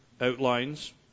outlines